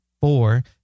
four